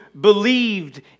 believed